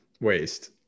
waste